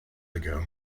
ago